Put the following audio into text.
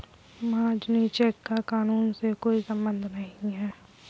महाजनी चेक का कानून से कोई संबंध नहीं है